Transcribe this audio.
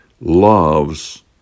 loves